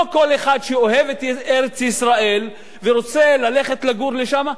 לא כל אחד שאוהב את ארץ-ישראל ורוצה ללכת לגור שם,